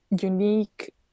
unique